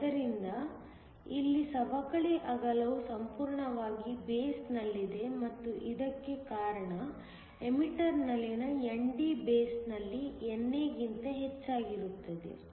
ಆದ್ದರಿಂದ ಇಲ್ಲಿ ಸವಕಳಿ ಅಗಲವು ಸಂಪೂರ್ಣವಾಗಿ ಬೇಸ್ನಲ್ಲಿದೆ ಮತ್ತು ಇದಕ್ಕೆ ಕಾರಣ ಎಮಿಟರ್ ನಲ್ಲಿನ ND ಬೇಸ್ನಲ್ಲಿ NA ಗಿಂತ ಹೆಚ್ಚಾಗಿರುತ್ತದೆ